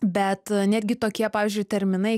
bet netgi tokie pavyzdžiui terminai